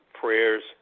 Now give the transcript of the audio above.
prayers